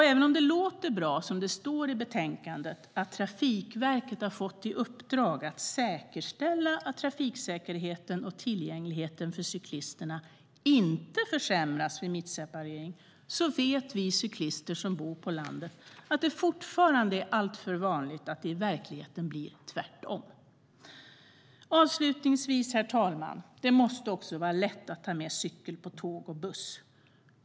Även om det låter bra, som det står i betänkandet, att Trafikverket har fått i uppdrag att säkerställa att trafiksäkerheten och tillgängligheten för cyklisterna inte försämras vid mittseparering vet vi cyklister som bor på landet att det fortfarande är alltför vanligt att det i verkligheten blir tvärtom. Avslutningsvis, herr talman: Det måste vara lätt att ta med cykeln på tåg och buss.